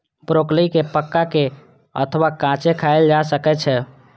broccoli कें पका के अथवा कांचे खाएल जा सकै छै